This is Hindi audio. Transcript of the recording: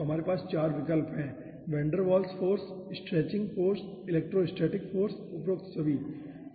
तो हमारे पास 4 विकल्प हैं van der Waals force stretching force electrostatic force उपरोक्त सभी ठीक है